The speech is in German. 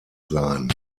sein